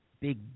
big